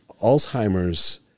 Alzheimer's